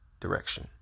direction